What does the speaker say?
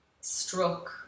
struck